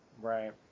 right